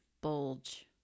bulge